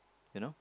you know